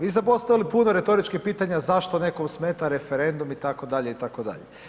Vi ste postavili puno retoričkih pitanja zašto nekom smeta referendum itd., itd.